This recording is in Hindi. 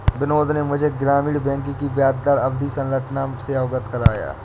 बिनोद ने मुझे ग्रामीण बैंक की ब्याजदर अवधि संरचना से अवगत कराया